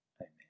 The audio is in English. amen